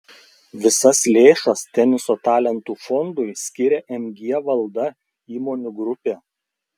visas lėšas teniso talentų fondui skiria mg valda įmonių grupė